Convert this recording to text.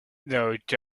doubt